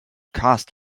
cost